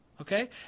Okay